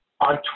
on